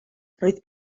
roedd